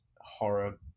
horror